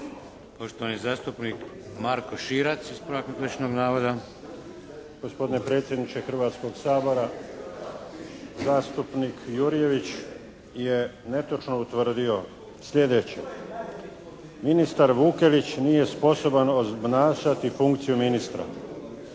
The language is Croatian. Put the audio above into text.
Poštovani zastupnik Marko Širac, ispravak netočnog navoda. **Širac, Marko (HDZ)** Gospodine predsjedniče Hrvatskog sabora. Zastupnik Jurjević je netočno utvrdio sljedeće: "Ministar Vukelić nije sposoban obnašati funkciju ministra."